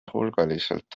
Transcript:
hulgaliselt